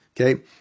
okay